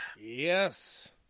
Yes